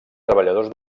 treballadors